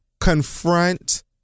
confront